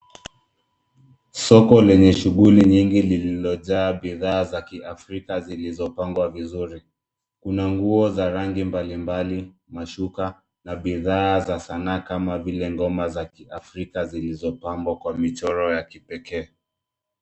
Soko lenye shughuli nyingi lililojaa bidhaa za Kiafriki zilizopangwa vizuri. Kuna nguo za rangi mbalimbali, mashuka na bidhaa za sanaa kama vile ngoma za Kiafrika zilizopambwa kwa michoro ya kipekee.